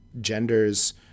genders